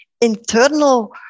internal